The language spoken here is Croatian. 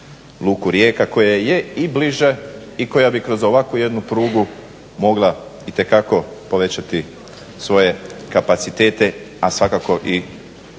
luku Rijeka koja je i bliže i koja bi kroz ovakvu jednu prugu mogla itekako povećati svoje kapacitete, a svakako i